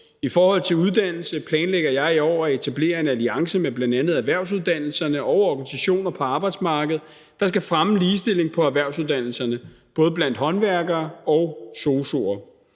I forhold til uddannelse planlægger jeg i år at etablere en alliance med bl.a. erhvervsuddannelserne og organisationer på arbejdsmarkedet, der skal fremme ligestilling på erhvervsuddannelserne, både blandt håndværkere og sosu'er.